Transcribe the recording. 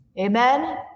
Amen